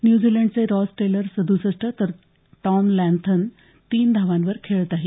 न्यूझीलंडचे Ross Taylor सदुसष्ट तर टॉम लॅथम तीन धावांवर खेळत आहेत